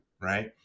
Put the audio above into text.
right